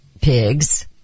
pigs